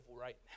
right